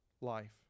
life